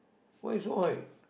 why so high